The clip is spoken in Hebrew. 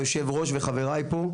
אדוני יושב הראש ולחבריי שפה,